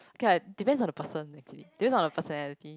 okay lah depends on the person actually do you know her personality